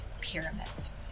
pyramids